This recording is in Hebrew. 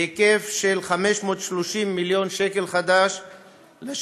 בהיקף של 530 מיליון ש"ח לשנים